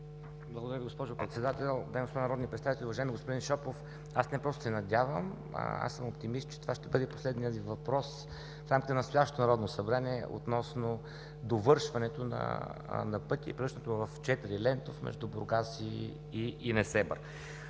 Благодаря Ви, госпожо Председател. Дами и господа народни представители, уважаеми господин Шопов! Аз не просто се надявам, аз съм оптимист, че това ще бъде последният Ви въпрос в рамките на настоящото Народно събрание относно довършването на пътя, превръщането му в четирилентов между Бургас и Несебър.